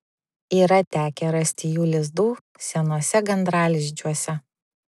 yra tekę rasti jų lizdų senuose gandralizdžiuose